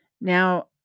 Now